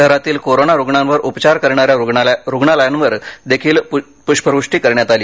शहरातील कोरोना रुग्णांवर उपचार करणा या रुग्णालयावर देखील पुष्पवृष्टी करण्यात आली